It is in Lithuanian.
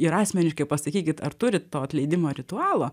ir asmeniškai pasakykit ar turit to atleidimo ritualo